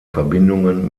verbindungen